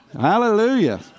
Hallelujah